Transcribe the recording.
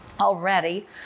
already